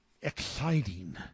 exciting